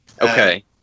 Okay